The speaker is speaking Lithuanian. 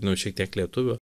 nu šiek tiek lietuvių